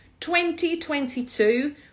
2022